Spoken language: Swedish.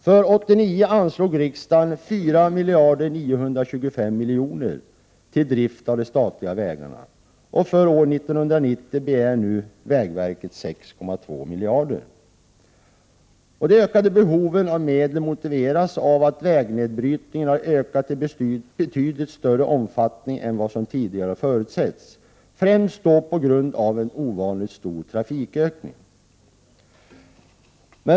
För år 1989 anslog riksdagen 4 925 milj.kr. till drift av de statliga vägarna. För år 1990 begär nu vägverket 6 200 milj.kr. De ökade behoven av medel motiveras med att vägnedbrytningen har ökat i betydligt större omfattning än vad som tidigare har förutsatts — främst på grund av en ovanligt stor trafikökning.